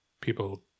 people